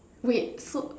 wait so